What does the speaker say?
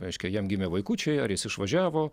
reiškia jam gimė vaikučiai ar jis išvažiavo